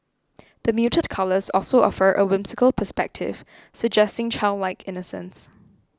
the muted colours also offer a whimsical perspective suggesting childlike innocence